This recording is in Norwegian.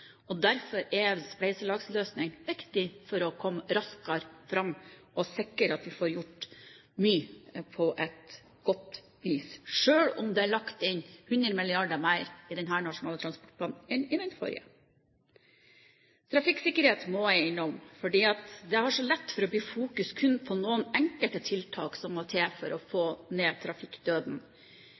og derfor er en spleiselagsløsning viktig for å komme raskere fram og sikre at vi får gjort mye på et godt vis, selv om det er lagt inn 100 mrd. kr mer i denne nasjonale transportplanen enn i den forrige. Trafikksikkerhet må jeg innom, for det har så lett for å bli fokusert kun på enkelte tiltak som må til for å få ned trafikkdøden.